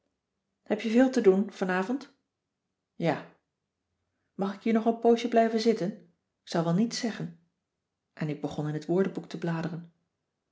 heb je veel te doen vanavond ja mag ik hier nog een poosje blijven zitten k zal wel niets zeggen en ik begon in het woordenboek te bladeren